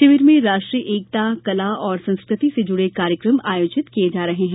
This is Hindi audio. शिविर में राष्ट्रीय एकता कला और संस्कृति से जुड़े कार्यक्रम आयोजित किये जा रहे हैं